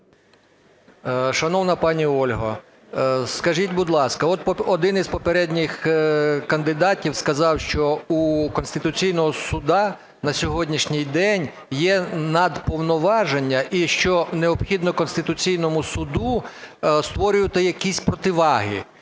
Шановна пані Ольго, скажіть, будь ласка, от один із попередніх кандидатів сказав, що у Конституційного Суду на сьогоднішній день є надповноваження і що необхідно Конституційному Суду створювати якісь противаги.